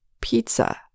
pizza